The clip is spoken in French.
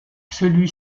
celui